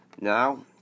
Now